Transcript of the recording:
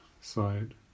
side